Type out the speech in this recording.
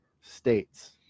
States